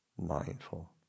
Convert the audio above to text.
mindful